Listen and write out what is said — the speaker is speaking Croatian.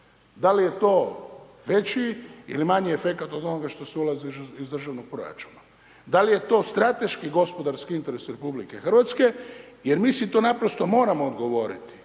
Da li je to veći ili manji efekat od onoga što se ulaže iz državnog proračuna? Da li je to strateški gospodarski interes RH jer mi si to naprosto moramo odgovoriti,